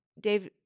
Dave